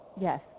Yes